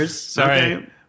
Sorry